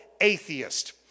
atheist